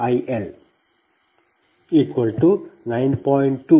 2 j2